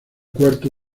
cuarto